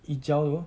hijau itu